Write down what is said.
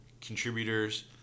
contributors